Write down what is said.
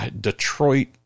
Detroit